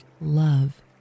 love